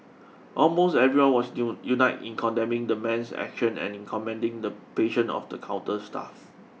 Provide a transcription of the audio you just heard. almost everyone was united in condemning the man's actions and in commending the patience of the counter staff